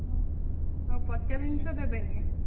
ହଁ ଆଉ ପଚା ଜିନିଷ ଦେବେନି